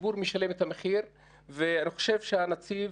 הציבור משלם את המחיר ואני חושב שהנציב